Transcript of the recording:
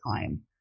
time